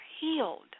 healed